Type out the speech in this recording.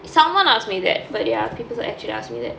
someone asked me that but ya people actually ask me that